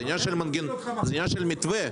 זה עניין של מתווה.